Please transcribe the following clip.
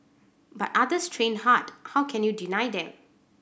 but others train hard how can you deny them